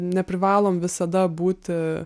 neprivalom visada būti